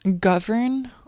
govern